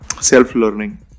self-learning